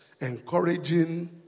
encouraging